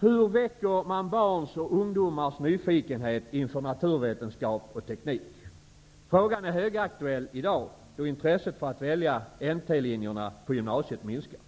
Hur väcker man barns och ungdomars nyfikenhet inför naturvetenskap och teknik? Frågan är högaktuell i dag, eftersom intresset för NT-linjerna på gymnasiet minskar.